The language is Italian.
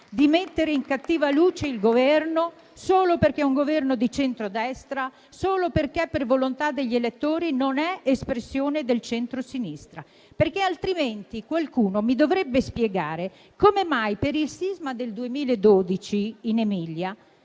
di mettere in cattiva luce il Governo solo perché è di centrodestra, solo perché, per volontà degli elettori, non è espressione del centrosinistra. Altrimenti qualcuno mi dovrebbe spiegare come mai per il sisma del 2012 in Emilia